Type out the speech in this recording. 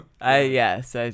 Yes